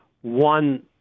one